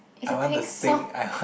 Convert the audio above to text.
is a Pink song